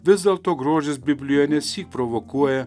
vis dėlto grožis biblijoje nesyk provokuoja